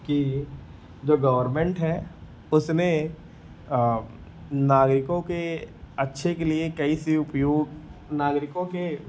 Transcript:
कि जो गवर्नमेन्ट है उसने नागरिकों के अच्छे के लिए कैसे उपयोग नागरिकों के